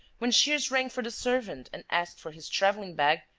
when shears rang for the servant and asked for his travelling-bag,